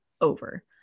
over